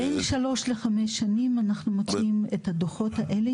בין שלוש לחמש שנים אנחנו מוציאים את הדוחות האלה,